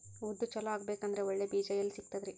ಉದ್ದು ಚಲೋ ಆಗಬೇಕಂದ್ರೆ ಒಳ್ಳೆ ಬೀಜ ಎಲ್ ಸಿಗತದರೀ?